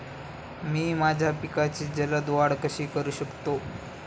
मी माझ्या पिकांची जलद वाढ कशी करू शकतो?